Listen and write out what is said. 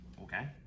Okay